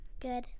Good